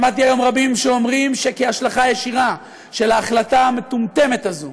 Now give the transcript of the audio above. שמעתי היום רבים שאומרים שכהשלכה ישירה של ההחלטה המטומטמת הזאת